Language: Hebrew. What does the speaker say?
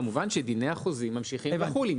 כמובן, שדיני החוזים ממשיכים וכולי.